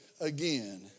again